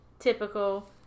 Typical